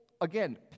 again